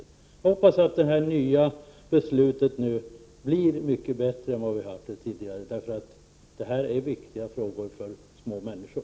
Jag hoppas att det nya beslutet leder till att förhållandena blir mycket bättre än vad de varit tidigare, för det här är viktiga frågor för små människor.